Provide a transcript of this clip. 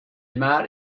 might